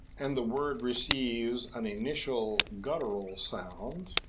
and the word re ceives an initial guttural sound